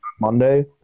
Monday